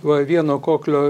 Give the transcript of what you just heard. va vieno koklio